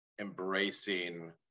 embracing